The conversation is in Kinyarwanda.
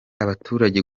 abaturage